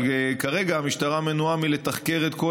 אבל כרגע המשטרה מנועה מלתחקר את כל